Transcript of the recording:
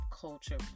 culture